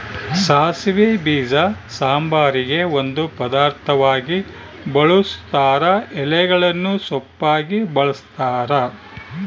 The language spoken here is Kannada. ಸಾಸಿವೆ ಬೀಜ ಸಾಂಬಾರಿಗೆ ಒಂದು ಪದಾರ್ಥವಾಗಿ ಬಳುಸ್ತಾರ ಎಲೆಗಳನ್ನು ಸೊಪ್ಪಾಗಿ ಬಳಸ್ತಾರ